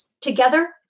together